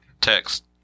text